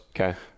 Okay